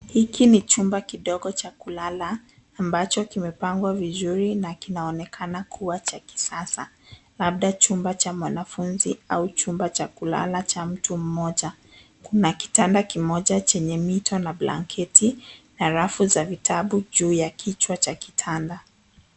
Hiki ni chumba kidogo cha kulala ambacho kimepangwa vizuri na kinaonekana kuwa cha kisasa, labda chumba cha mwanafunzi au chumba cha kulala cha mtu mmoja. Kuna kitanda kimoja chenye mito na blanketi halafu kuna vitabu juu ya kichwa cha kitanda.